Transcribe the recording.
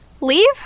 leave